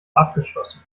abgeschlossen